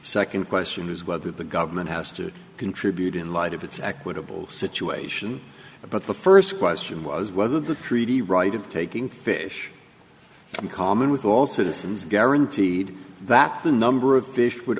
second question is whether the government house to contribute in light of its equitable situation but the first question was whether the treaty right of taking fish from common with all citizens guaranteed that the number of fish would